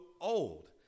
old